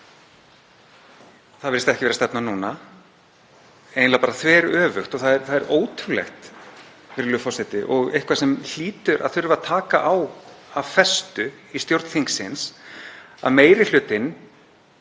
Það virðist ekki vera stefnan núna, eiginlega bara þveröfugt. Það er ótrúlegt, virðulegur forseti, og eitthvað sem hlýtur að þurfa að taka á af festu í stjórn þingsins, að meiri hlutinn